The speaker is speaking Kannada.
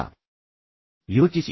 ಅದರ ಬಗ್ಗೆ ಯೋಚಿಸಿ